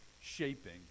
shaping